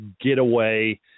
getaway